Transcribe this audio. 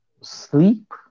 sleep